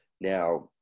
now